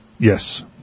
Yes